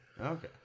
Okay